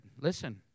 Listen